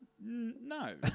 no